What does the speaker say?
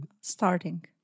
Starting